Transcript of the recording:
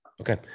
Okay